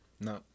no